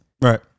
Right